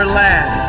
land